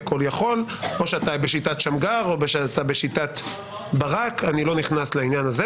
כל-יכול או שאתה בשיטת שמגר או שאתה בשיטת ברק אני לא נכנס לעניין הזה